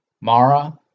Mara